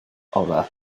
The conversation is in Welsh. orau